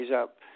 up